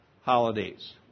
holidays